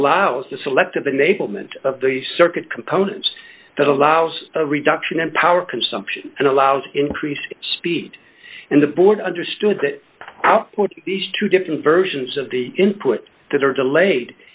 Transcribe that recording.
allows the selective unable ment of the circuit components that allows a reduction in power consumption and allows increased speed and the board understood that these two different versions of the inputs that are delayed